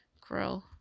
grow